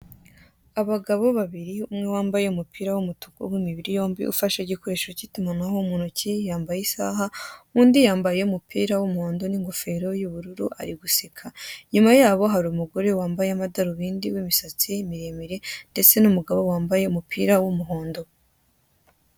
Abagabo babiri, umwe wambaye umupira w'umutuku w'imibiri yombi ufashe igikoresho k'itumanaho mu ntoki yambaye isaha, undi yambaye umupira w'umuhondo n'ingofero y'ubururu ari guseka, inyuma yabo hari umugore wambaye amadarubindi w'imisatsi miremire ndetse n'umugabo wambaye umupira w'umuhondo.